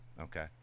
Okay